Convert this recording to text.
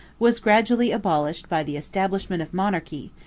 was gradually abolished by the establishment of monarchy,